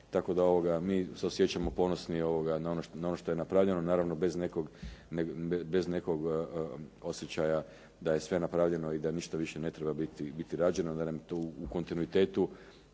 tako da mi se osjećamo ponosni na ono što je napravljeno, naravno bez nekog osjećaja da je sve napravljeno i da ništa više ne treba biti rađeno. Velim, tu u kontinuitetu